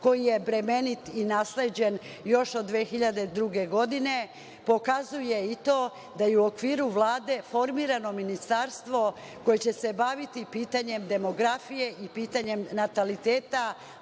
koji je bremenit i nasleđen još od 2002. godine, pokazuje i to da je u okviru Vlade formirano ministarstvo koje će se baviti pitanjem demografije i pitanjem nataliteta,